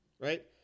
right